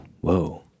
whoa